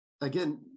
again